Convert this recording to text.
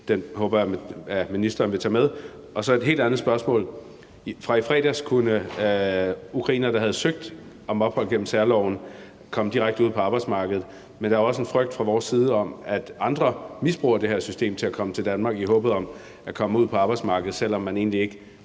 Den håber jeg at ministeren vil tage med. Så er der et helt andet spørgsmål. Fra i fredags kunne ukrainere, der havde søgt om ophold gennem særloven, komme direkte ud på arbejdsmarkedet, men der er også en frygt fra vores side om, at andre misbruger det her system til at komme til Danmark i håbet om at komme ud på arbejdsmarkedet, selv om man egentlig ikke